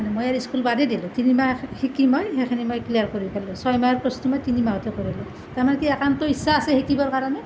মই আৰু স্কুল বাদেই দিলোঁ তিনিমাহ শিকি মই সেইখিনি মই ক্লিয়াৰ কৰিলোঁ ছয় মাহৰ কৰ্চটো মই তিনি মাহতে কৰিলোঁ তাৰমানে কি একান্ত ইচ্ছা আছে শিকিবৰ কাৰণে